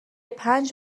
پنج